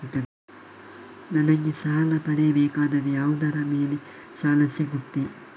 ನನಗೆ ಸಾಲ ಪಡೆಯಬೇಕಾದರೆ ಯಾವುದರ ಮೇಲೆ ಸಾಲ ಸಿಗುತ್ತೆ?